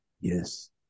Yes